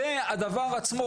זה הדבר עצמו,